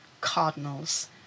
cardinals